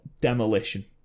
Demolition